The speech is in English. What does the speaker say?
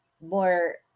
more